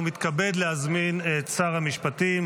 ומתכבד להזמין את שר המשפטים,